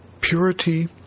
purity